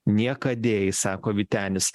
niekadėjai sako vytenis